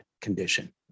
condition